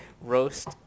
roast